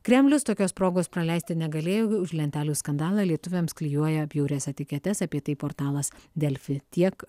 kremlius tokios progos praleisti negalėjo už lentelių skandalą lietuviams klijuoja bjaurias etiketes apie tai portalas delfi tiek